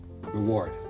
reward